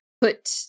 put